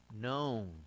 known